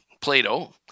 Plato